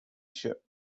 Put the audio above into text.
shoot